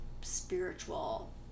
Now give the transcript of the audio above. spiritual